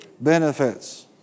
benefits